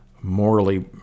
morally